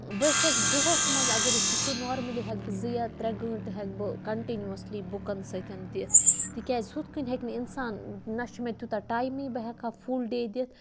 بہٕ چھس دۄہَس مَنز اگر أسۍ وٕچھو نارملی ہیٚکہٕ بہٕ زٕ یا ترٛےٚ گٲنٹہٕ ہیٚکہٕ بہٕ کَنٹِنیوَسلی بُکَن سۭتۍ دِتھ تِکیازِ ہُتھ کٔنۍ ہیٚکہِ نہٕ اِنسان نہ چھُ مےٚ تیوٗتاہ ٹایمٕے بہٕ ہیٚکہٕ ہا فُل ڈے دِتھ